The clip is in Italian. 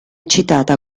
citata